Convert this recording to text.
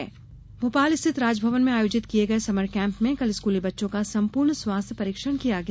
summer camp Bhopal स्थित राजभवन में आयोजित किये गये समर कैम्प में कल स्कूली बच्चों का सम्पूर्ण स्वास्थ्य परीक्षण किया गया